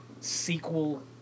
sequel